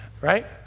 right